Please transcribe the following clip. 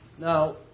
Now